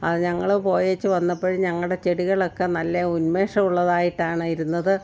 അത് ഞങ്ങൾ പോയേച്ച് വന്നപ്പോൾ ഞങ്ങളുടെ ചെടികളൊക്കെ നല്ല ഉന്മേഷമുള്ളതായിട്ടാണ് ഇരുന്നത്